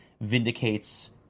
vindicates